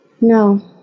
no